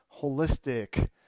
holistic